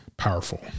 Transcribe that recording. Powerful